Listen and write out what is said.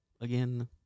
again